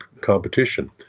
competition